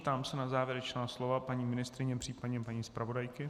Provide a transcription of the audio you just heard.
Ptám se na závěrečná slova paní ministryně, příp. paní zpravodajky.